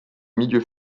milieux